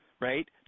right